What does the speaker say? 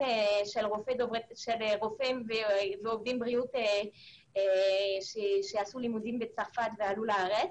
של רופאים ועובדי בריאות שלמדו בצרפת ועלו לארץ.